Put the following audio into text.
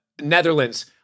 Netherlands